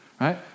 right